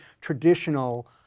traditional